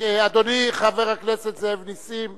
אדוני חבר הכנסת נסים זאב.